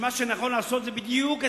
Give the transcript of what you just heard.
שמה שנכון לעשות זה בדיוק ההיפך,